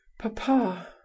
Papa